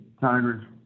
Tigers